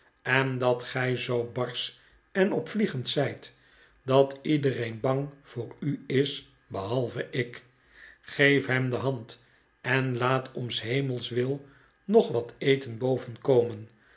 en dat gij zoo barsch en opvliegend zijt dat iedereen bang voor u is behalve ik geef hem de hand en laat om s hemels wil nog wat eten boven komen